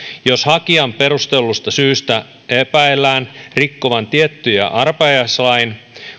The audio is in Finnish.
jos hakijan perustellusta syystä epäillään rikkovan tiettyjä arpajaislain